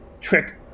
trick